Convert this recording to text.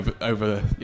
over